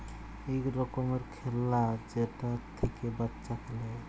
ইক রকমের খেল্লা যেটা থ্যাইকে বাচ্চা খেলে